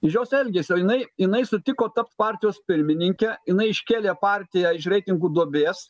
iš jos elgesio jinai jinai sutiko tapt partijos pirmininke jinai iškėlė partiją iš reitingų duobės